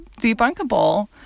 debunkable